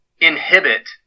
inhibit